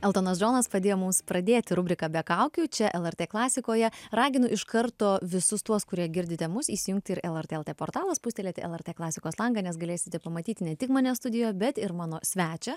eltonas džonas padėjo mums pradėti rubriką be kaukių čia lrt klasikoje raginu iš karto visus tuos kurie girdite mus įsijungti ir lrt elte portalą spustelėti lrt klasikos langą nes galėsite pamatyti ne tik mane studijoje bet ir mano svečią